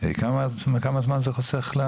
כמה זמן זה חוסך?